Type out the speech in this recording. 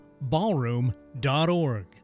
ballroom.org